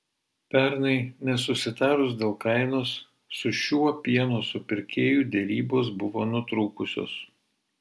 pernai nesusitarus dėl kainos su šiuo pieno supirkėju derybos buvo nutrūkusios